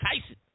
Tyson